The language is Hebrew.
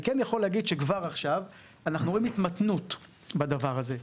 אני כן יכול להגיד שכבר עכשיו אנחנו רואים התמתנות בדבר הזה.